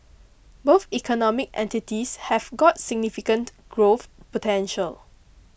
both economic entities have got significant growth potential